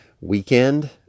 weekend